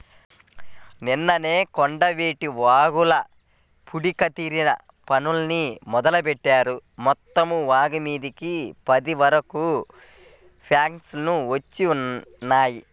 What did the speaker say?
నిన్ననే కొండవీటి వాగుల పూడికతీత పనుల్ని మొదలుబెట్టారు, మొత్తం వాగుమీదకి పది వరకు ప్రొక్లైన్లు వచ్చినియ్యి